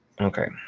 Okay